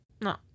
No